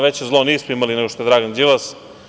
Veće zlo nismo imali nego što je Dragan Đilas.